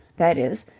that is,